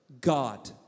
God